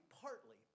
partly